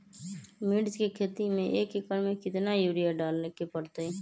मिर्च के खेती में एक एकर में कितना यूरिया डाले के परतई?